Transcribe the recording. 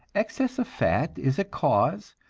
excess of fat is a cause,